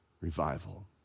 revival